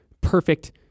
perfect